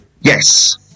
Yes